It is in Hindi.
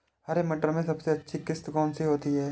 हरे मटर में सबसे अच्छी किश्त कौन सी होती है?